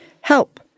help